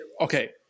okay